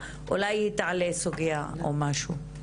(הדברים נאמרו בערבית ותורגמו על-ידי יושבת-ראש